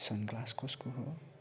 sunglass कसको हो